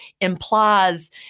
implies